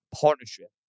partnership